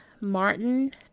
Martin